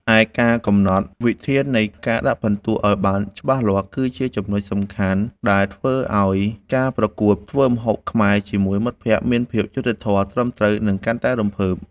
ឯការកំណត់វិធាននៃការដាក់ពិន្ទុឱ្យបានច្បាស់លាស់ គឺជាចំណុចសំខាន់ដែលធ្វើឱ្យការប្រកួតធ្វើម្ហូបខ្មែរជាមួយមិត្តភក្តិមានភាពយុត្តិធម៌ ត្រឹមត្រូវ និងកាន់តែរំភើប។